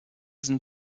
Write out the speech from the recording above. sind